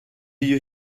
you